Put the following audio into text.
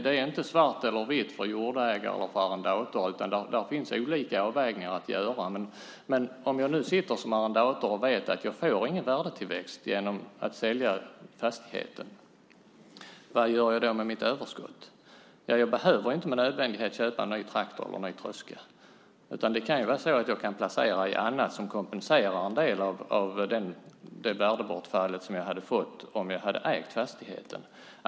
Det är inte svart eller vitt för jordägare och arrendator, utan det finns olika avvägningar att göra. Men sitter jag som arrendator och vet att jag inte får någon värdetillväxt genom att sälja fastigheten, vad gör jag då med mitt överskott? Jag behöver inte nödvändigtvis köpa en ny traktor eller tröska, utan jag kan placera i annat som kompenserar mig för en del av det värdebortfall som jag hade fått om jag hade ägt fastigheten.